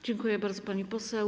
Dziękuję bardzo, pani poseł.